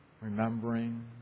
remembering